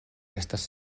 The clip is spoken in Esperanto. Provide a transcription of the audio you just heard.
estas